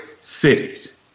cities